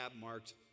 marked